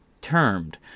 termed